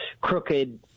crooked